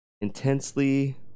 intensely